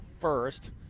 first